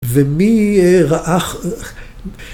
‫ומי רעך...